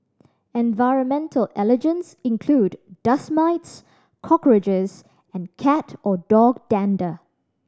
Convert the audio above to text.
environmental allergens include dust mites cockroaches and cat or dog dander